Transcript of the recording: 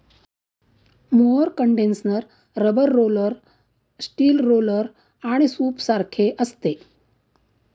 mower condenser rubber roller, steel roller आणि सूपसारखे असते